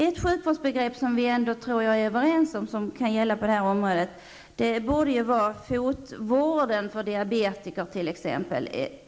Ett sjukvårdsbegrepp som jag ändå tror vi kan vara överens om och som gäller på det här området är fotvården för diabetiker.